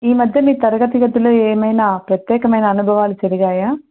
ఈ మధ్య మీ తరగతిగదులో ఏమైనా ప్రత్యేకమైన అనుభవాలు జరిగినాయా